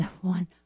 one